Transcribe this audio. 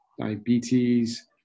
diabetes